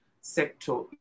sector